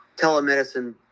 telemedicine